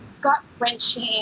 gut-wrenching